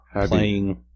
playing